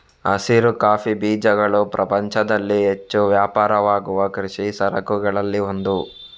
ಹಸಿರು ಕಾಫಿ ಬೀಜಗಳು ಪ್ರಪಂಚದಲ್ಲಿ ಹೆಚ್ಚು ವ್ಯಾಪಾರವಾಗುವ ಕೃಷಿ ಸರಕುಗಳಲ್ಲಿ ಒಂದು